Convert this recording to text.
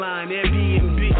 Airbnb